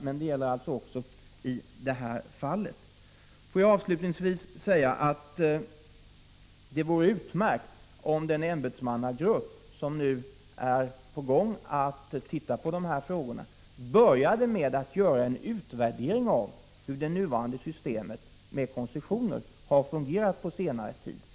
Detta gäller även i detta fall. Får jag avslutningsvis säga att det vore utmärkt om den ämbetsmannagrupp som skall studera de här frågorna började med att göra en utvärdering av hur det nuvarande systemet med koncessioner har fungerat på senare tid. Prot.